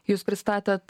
jūs pristatėt